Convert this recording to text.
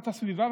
את הסביבה,